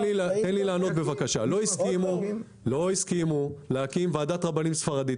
לא הסכימו להקים ועדת רבנים ספרדית.